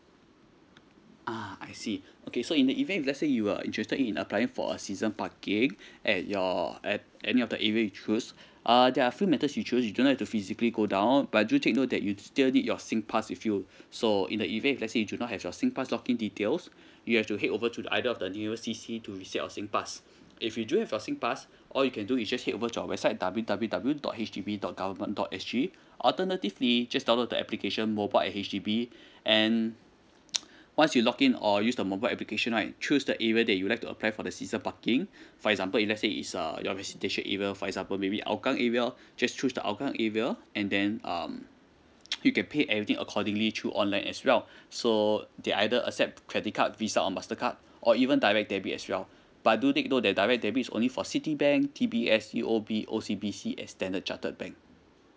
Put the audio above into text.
ah I see okay so in the event if let's say you are interested in applying for a season parking at your at any of the area you choose uh there are few methods to choose you don't have to physically go down but do take note that you still need your SINGPASS with you so in the event let's say you do not have your SINGPASS log in details you have to head over to either of the nearest C C to reset your SINGPASS if you do have your SINGPASS all you can do is just head over to our website W W W dot H D B dot government dot S G alternatively just download the application mobile at H_D_B and once you log in or use the mobile application right choose the area that you like to apply for the season parking for example if let's say is err your residential area for example maybe hougang area just choose the hougang area and then um you can pay everything accordingly through online as well so they either accept credit card visa or mastercard or even direct debit as well but do take note that direct debit is only for citibank D_B_S U_O_B O_C_B_C and standard chartered bank